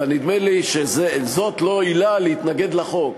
אבל נדמה לי שזאת לא עילה להתנגד לחוק,